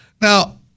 Now